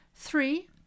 Three